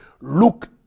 look